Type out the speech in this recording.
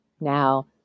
now